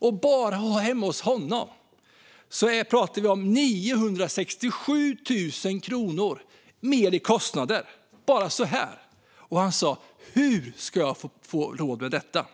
Vi pratar om ökade kostnader på 967 000 kronor enbart hemma hos honom, och det har kommit bara så där. Han frågade: Hur ska jag få råd med detta?